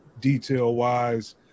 detail-wise